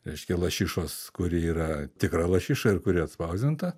reiškia lašišos kuri yra tikra lašiša ir kuri atspausdinta